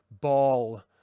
ball